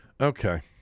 Okay